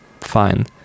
fine